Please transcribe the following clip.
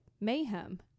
Mayhem